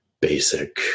basic